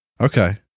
Okay